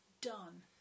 Done